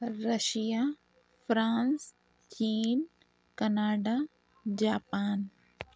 Russia France چین Canada Japan